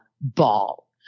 ball